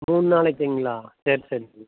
மூணு நாளைக்குங்களா சரி சரிங்க